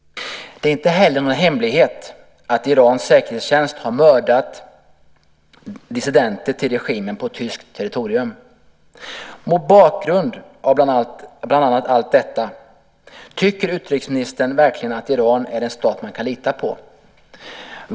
Det är inte heller någon hemlighet att Irans säkerhetstjänst har mördat dissidenter till regimen på tyskt territorium. Mot bakgrund av bland annat allt detta frågar jag: Tycker utrikesministern verkligen att Iran är en stat man kan lita på?